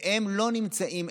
והם לא נמצאים,